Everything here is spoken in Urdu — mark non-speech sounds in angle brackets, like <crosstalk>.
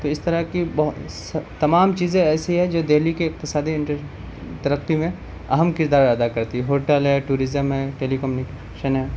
تو اس طرح کی بہت <unintelligible> تمام چیزیں ایسی ہیں جو دہلی کے اقتصادی ترقی میں اہم کردار ادا کرتی ہے ہوٹل ہے ٹورزم ہے ٹیلی کومیونیکیشن ہے